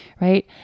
right